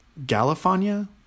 galifania